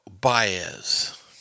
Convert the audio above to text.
Baez